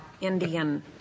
Indian